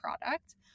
product